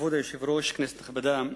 כבוד היושב-ראש, כנסת נכבדה,